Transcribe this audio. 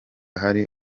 hari